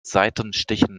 seitenstichen